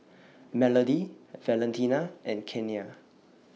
Melodie Valentina and Kenia